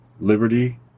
Liberty